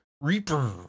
Reaper